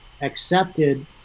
accepted